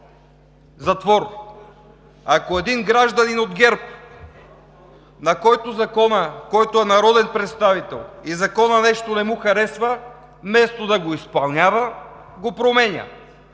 затвор. Ако на един гражданин от ГЕРБ, който е народен представител, законът нещо не му харесва, вместо да го изпълнява, го променя.